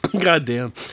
Goddamn